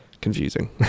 confusing